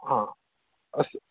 हा अस्तु